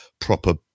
proper